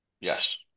Yes